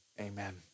amen